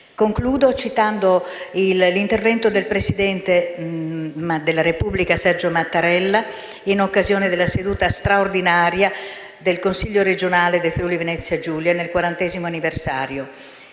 Concludo citando l'intervento del presidente della Repubblica, Sergio Mattarella, in occasione della seduta straordinaria del Consiglio regionale del Friuli-Venezia Giulia nel 40° anniversario.